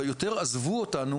ויותר עזבו אותנו